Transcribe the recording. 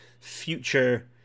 future